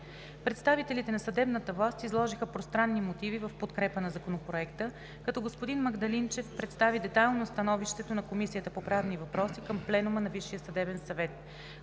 Представителите на съдебната власт изложиха пространни мотиви в подкрепа на Законопроекта, като господин Магдалинчев представи детайлно становището на Комисията по правни въпроси към Пленума на Висшия съдебен съвет.